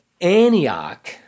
Antioch